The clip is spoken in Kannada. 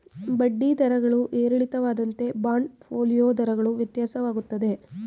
ಬಡ್ಡಿ ದರಗಳು ಏರಿಳಿತವಾದಂತೆ ಬಾಂಡ್ ಫೋಲಿಯೋ ದರಗಳು ವ್ಯತ್ಯಾಸವಾಗುತ್ತದೆ